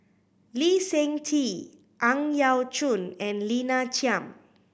Lee Seng Tee Ang Yau Choon and Lina Chiam